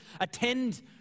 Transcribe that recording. attend